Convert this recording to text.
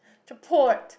support